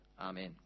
Amen